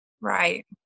Right